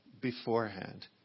beforehand